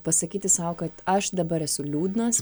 pasakyti sau kad aš dabar esu liūdnas